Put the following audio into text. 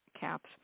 caps